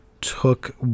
took